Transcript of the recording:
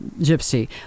Gypsy